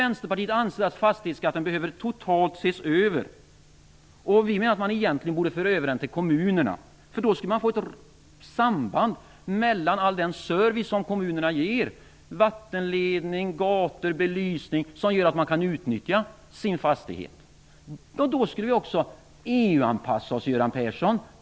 Vänsterpartiet anser nämligen att fastighetsskatten behöver ses över totalt. Vi menar att den egentligen borde överföras till kommunerna. Då skulle man få ett samband med all den service som kommunerna ger - vattenledning, gator, belysning etc. - som gör att man kan utnyttja sin fastighet. Och då skulle vi också EU anpassa oss, Göran Persson.